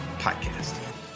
podcast